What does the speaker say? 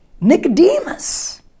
Nicodemus